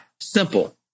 simple